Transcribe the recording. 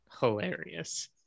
hilarious